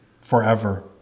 forever